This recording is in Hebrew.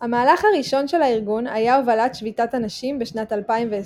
המהלך הראשון של הארגון היה הובלת שביתת הנשים בשנת 2020,